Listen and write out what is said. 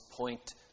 point